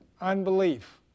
Unbelief